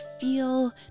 feel